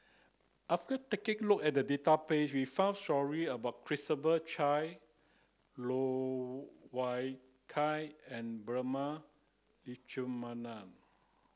after taking a look at the database we found stories about Christopher Chia Loh Wai Kiew and Prema Letchumanan